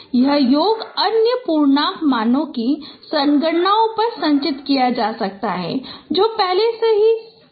यह योग अन्य पूर्णांक मानों की संगणना पर संचित किया जा सकता है जो पहले से ही संगणित किया गया है